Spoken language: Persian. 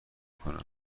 کنم